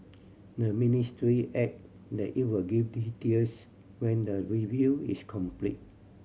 the ministry add that it would give details when the review is complete